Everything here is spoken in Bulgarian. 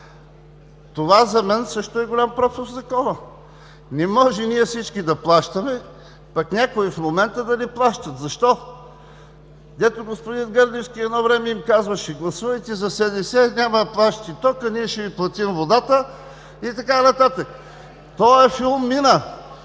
Това за мен също е голям пропуск в Закона. Не може ние всички да плащаме, пък някой в момента да не плащат. Защо?! Дето господин Гърневски едно време им казваше: „Гласувайте за СДС, няма да плащате тока, ние ще Ви платим водата“ и така нататък. Този филм мина.